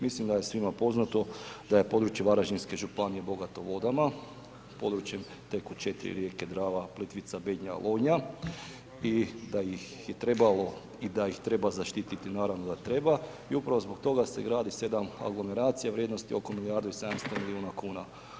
Mislim da je svima poznato da je područje Varaždinske županije bogato vodama, područje gdje teku 4 rijeke, Drava, Plitvica, Bednja, Lonja i da ih je trebalo i da ih treba zaštititi, naravno da treba i upravo zbog toga se gradi 7 aglomeracija vrijednosti oko milijardu i 700 milijuna kuna.